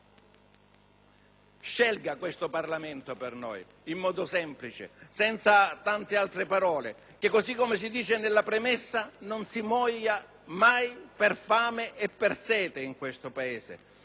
Scelga questo Parlamento per noi, in modo semplice, senza tante altre parole e che, così come si dice nella premessa della mozione, non si muoia mai per fame e per sete in questo Paese.